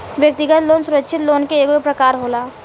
व्यक्तिगत लोन सुरक्षित लोन के एगो प्रकार होला